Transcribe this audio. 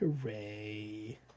Hooray